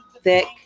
thick